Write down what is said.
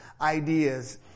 ideas